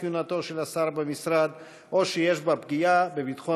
כהונתו של השר במשרד או שיש בה פגיעה בביטחון